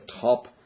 top